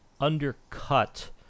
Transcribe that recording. undercut